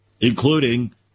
including